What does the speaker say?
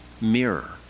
mirror